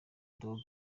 dog